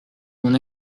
mon